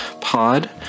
pod